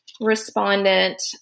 respondent